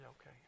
okay